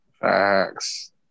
Facts